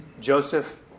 Joseph